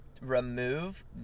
remove